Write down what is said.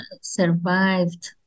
survived